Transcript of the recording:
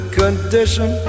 condition